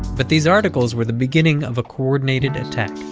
but these articles were the beginning of a coordinated attack,